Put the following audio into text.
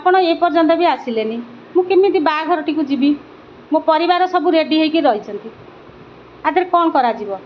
ଆପଣ ଏ ପର୍ଯ୍ୟନ୍ତ ବି ଆସିଲେନି ମୁଁ କେମିତି ବାହାଘରଟିକୁ ଯିବି ମୋ ପରିବାର ସବୁ ରେଡ଼ି ହେଇକି ରହିଛନ୍ତି ଆଧିଅରେ କ'ଣ କରାଯିବ